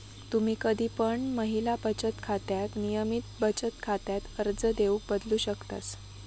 तुम्ही कधी पण महिला बचत खात्याक नियमित बचत खात्यात अर्ज देऊन बदलू शकतास